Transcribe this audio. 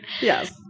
Yes